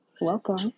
Welcome